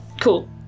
cool